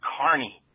Carney